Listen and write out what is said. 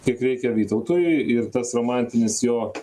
kiek reikia vytautui ir tas romantinis jo